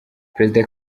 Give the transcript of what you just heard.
perezida